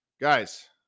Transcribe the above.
guys